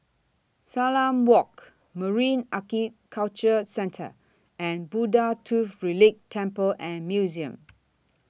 Salam Walk Marine Aquaculture Centre and Buddha Tooth Relic Temple and Museum